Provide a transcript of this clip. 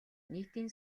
нийтийн